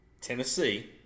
Tennessee